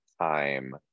time